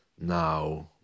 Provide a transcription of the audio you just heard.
now